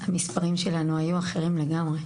המספרים שלנו היו אחרים לגמרי.